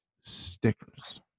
stickers